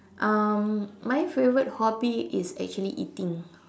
um my favourite hobby is actually eating